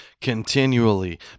continually